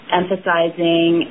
emphasizing